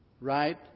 right